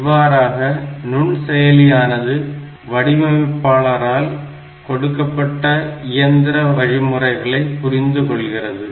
இவ்வாறாக நுண்செயலியானது வடிவமைப்பாளரால் கொடுக்கப்பட்ட இயந்திர வழிமுறைகளை புரிந்து கொள்கிறது